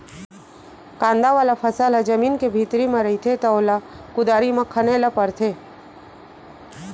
कांदा वाला फसल ह जमीन के भीतरी म रहिथे त ओला कुदारी म खने ल परथे